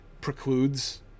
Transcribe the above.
precludes